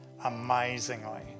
amazingly